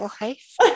life